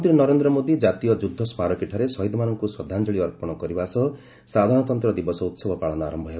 ପ୍ରଧାନମନ୍ତ୍ରୀ ନରେନ୍ଦ୍ର ମୋଦି କାତୀୟ ଯୁଦ୍ଧସ୍କାରକୀଠାରେ ଶହୀଦ୍ମାନଙ୍କୁ ଶ୍ରଦ୍ଧାଞ୍ଚଳି ଅର୍ପଣ କରିବା ସହ ସାଧାରଣତନ୍ତ୍ର ଦିବସ ଉହବ ପାଳନ ଆରମ୍ଭ ହେବ